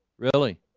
really